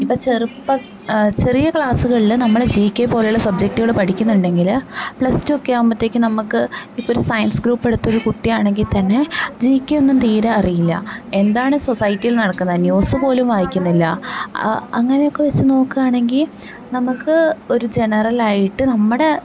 ഇപ്പം ചെറുപ്പ ചെറിയ ക്ലാസുകളിൽ നമ്മള് ജി കെ പോലുള്ള സബ്ജറ്റുകള് പഠിക്കുന്നുണ്ടെങ്കില് പ്ലസ് ടു ഒക്കെ ആകുമ്പോത്തേക്കും നമുക്ക് ഇപ്പം ഒരു സയൻസ് ഗ്രൂപ്പെടുത്ത ഒരു കുട്ടിയാണെങ്കിൽ തന്നെ ജി കെ ഒന്നും തീരെ അറിയില്ല എന്താണ് സൊസൈറ്റീൽ നടക്കുന്ന ന്യൂസ്സ് പോലും വായിക്കുന്നില്ല അങ്ങനെ ഒക്കെവെച്ച് നോക്കുകയാണെങ്കിൽ നമുക്ക് ഒരു ജെനറലായിട്ട് നമ്മുടെ